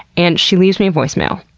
and she leaves me a voicemail.